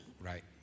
Right